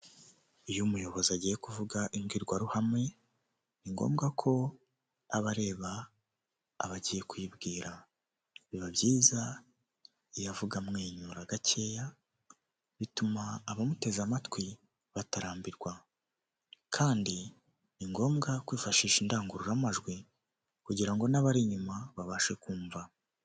Iyo umuyobozi agiye kuvuga imbwirwaruhame, ni ngombwa ko aba areba abo agiye kuyibwira, biba byiza iyo uvuga amwenyura gakeya, bituma abamuteze amatwi batarambirwa kandi ni ngombwa kwifashisha indangururamajwi kugira ngo n'abari inyuma babashe kumva.